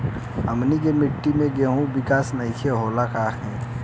हमनी के मिट्टी में गेहूँ के विकास नहीं होला काहे?